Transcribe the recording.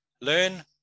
learn